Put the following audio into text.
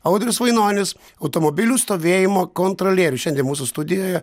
audrius vainonis automobilių stovėjimo kontrolierius šiandien mūsų studijoje